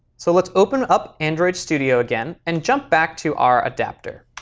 so let's open up android studio again and jump back to our adapter.